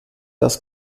das